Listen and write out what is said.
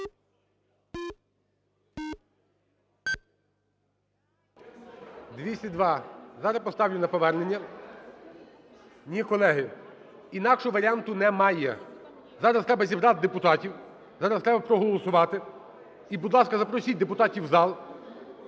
За-202 Зараз поставлю на повернення. Ні, колеги, інакшого варіанту немає. Зараз треба зібрати депутатів, зараз треба проголосувати. І, будь ласка, запросіть депутатів в зал.